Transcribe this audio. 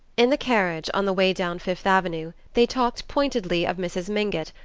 in the carriage, on the way down fifth avenue, they talked pointedly of mrs. mingott,